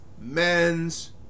men's